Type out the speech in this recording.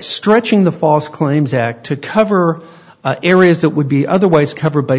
stretching the false claims act to cover areas that would be otherwise covered by